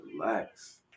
relax